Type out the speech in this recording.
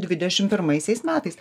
dvidešim pirmaisiais metais